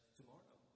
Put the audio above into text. tomorrow